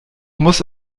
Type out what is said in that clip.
muss